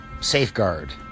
safeguard